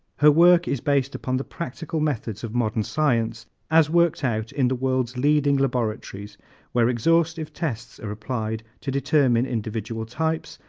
her work is based upon the practical methods of modern science as worked out in the world's leading laboratories where exhaustive tests are applied to determine individual types,